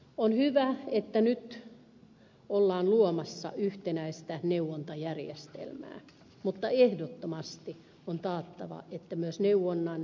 on hyvä että nyt ollaan luomassa yhtenäistä neuvontajärjestelmää mutta ehdottomasti on taattava että myös neuvonnan